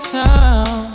town